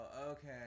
okay